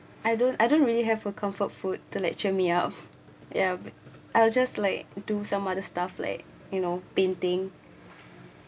I don't I don't really have a comfort food to like cheer me up ya I'll just like do some other stuff like you know painting